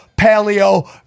paleo